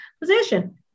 position